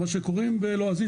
מה שקוראים בלועזית,